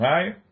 Right